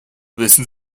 wissen